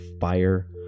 fire